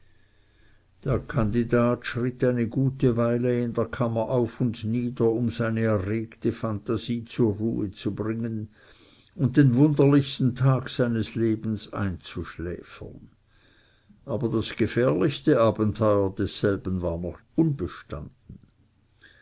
der kandidat schritt eine gute weile in der kammer auf und nieder um seine erregte phantasie zur ruhe zu bringen und den wunderlichsten tag seines lebens einzuschläfern aber das gefährlichste abenteuer desselben war noch